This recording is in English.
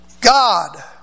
God